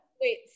Wait